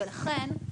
ולכן,